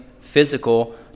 physical